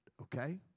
okay